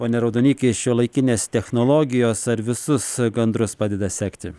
pone raudoniki šiuolaikinės technologijos ar visus gandrus padeda sekti